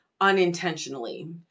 Unintentionally